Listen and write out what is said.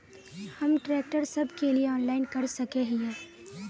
हम ट्रैक्टर सब के लिए ऑनलाइन कर सके हिये?